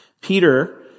Peter